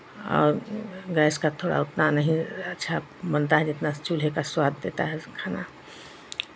और गैस का थोड़ा उतना नहीं अच्छा बनता है जितना चूल्हे का स्वाद देता है खाना